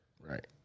Right